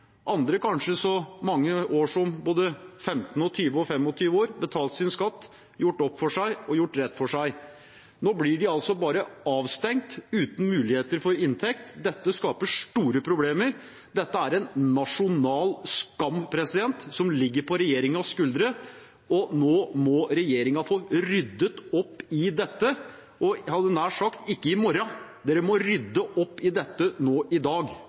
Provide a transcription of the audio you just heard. andre kanskje så lenge som både 15, 20 og 25 år – betalt sin skatt, gjort opp for seg og gjort rett for seg. Nå blir de altså bare avstengt, uten muligheter for inntekt. Dette skaper store problemer. Dette er en nasjonal skam som ligger på regjeringens skuldre. Nå må regjeringen få ryddet opp i dette – ikke i morgen, de må rydde opp i dette nå i dag.